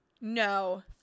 No